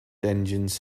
engines